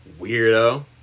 Weirdo